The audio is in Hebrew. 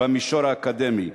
במישור האקדמי,